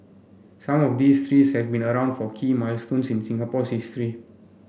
some of these trees have been around for key milestones in Singapore's history